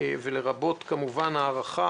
לרבות הארכה,